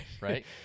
right